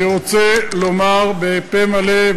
אני רוצה לומר בפה מלא,